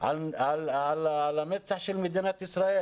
על המצח של מדינת ישראל.